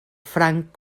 franc